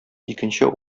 икенче